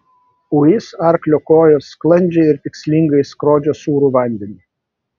uis arklio kojos sklandžiai ir tikslingai skrodžia sūrų vandenį